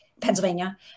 Pennsylvania